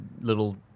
little